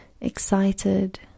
excited